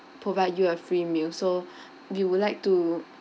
provide you a free meal so we would like to